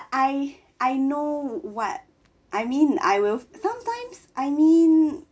I I know what I mean I will sometimes I mean